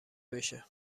بشه